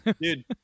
dude